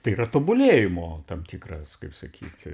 tai yra tobulėjimo tam tikras kaip sakyt